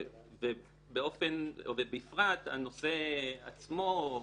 ובפרט הנושא עצמו או